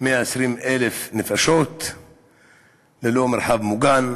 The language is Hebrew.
120,000 נפשות ללא מרחב מוגן,